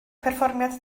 perfformiad